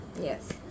Yes